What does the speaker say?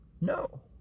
no